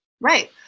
Right